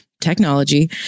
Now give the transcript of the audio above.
technology